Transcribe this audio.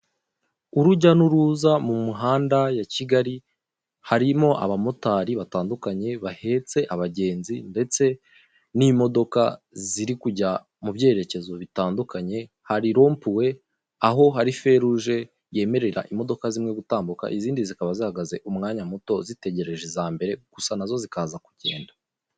Urujya n'uruza mu mihanda ya Kigali, harimo abamotari batandukanye bahetse abagenzi, ndetse n'imodoka ziri kujya mu byerekezo bitandukanye, hari rompuwe, aho hari feruje yemerera imodoka zimwe gutambuka, izindi zikaba zahagaze umwanya muto, zitegereje iza mbere, gusa na zo zikaza kugenda.